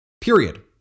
period